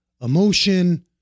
emotion